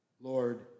Lord